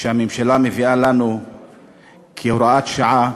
שהממשלה מביאה לנו כהוראות שעה,